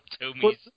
Tommy's